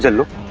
look